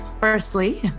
firstly